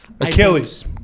Achilles